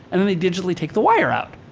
and then they digitally take the wire out.